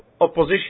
opposition